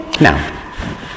now